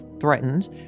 threatened